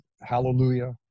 hallelujah